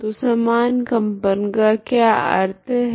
तो समान कंपन का क्या अर्थ है